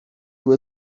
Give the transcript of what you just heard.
will